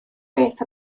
beth